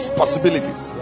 possibilities